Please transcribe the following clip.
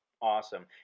Awesome